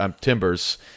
Timbers